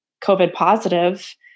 COVID-positive